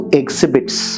exhibits